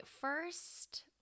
first